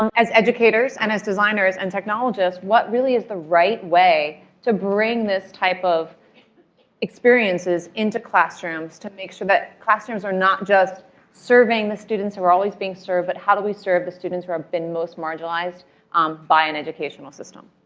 um as educators and as designers and technologists, what really is the right way to bring this type of experiences into classrooms to make sure that classrooms are not just serving the students who are always being served, but how do we serve the students who have been most marginalized um by an educational system?